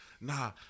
nah